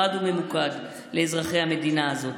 חד וממוקד לאזרחי המדינה הזאת,